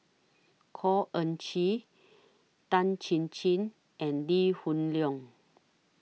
Khor Ean Ghee Tan Chin Chin and Lee Hoon Leong